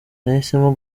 nahisemo